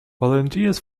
volunteers